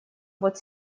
вот